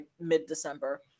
mid-December